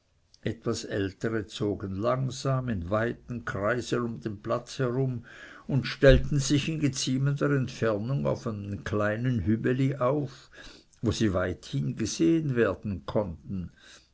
etwas ältere zogen langsam in weiten kreisen um den platz herum und stellten sich in geziemender entfernung auf einem kleinen hübeli auf wo sie weithin gesehen werden konnten